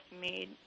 made